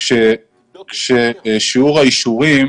כששיעור האישורים